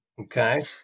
okay